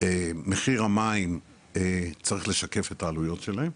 מחיר המים צריך לשקף את העלויות שלהם,